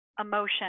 emotion